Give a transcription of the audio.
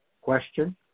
question